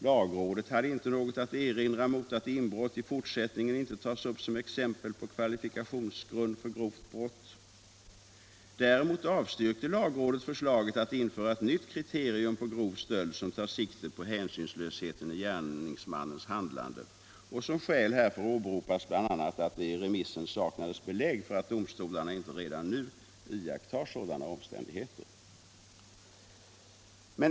Lagrådet hade inte något att erinra mot att inbrott i fortsättningen inte tas upp som exempel på kvalifikationsgrund för grovt brott. Däremot avstyrkte lagrådet förslaget att införa ett nytt kriterium på grov stöld som tar sikte på hänsynslösheten i gärningsmannens handlande. Som skäl härför åberopades bl.a. att det i remissen saknades belägg för att domstolarna inte redan nu iakttar sådana omständigheter.